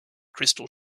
crystal